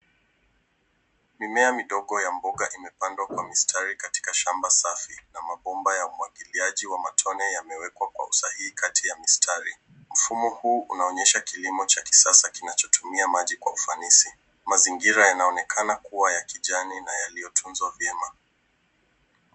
Mimea midogo ya mboga imepandwa kwa mistari katika shamba safi na mabomba ya umwagiliaji wa matone yamewekwa kwa usahihi kati ya mistari. Mfumo huu unaonyesha kilimo cha kisasa kinachotumia maji kwa ufanisi. Mazingira yanaonekana kuwa ya kijani na yaliyotunzwa vyema.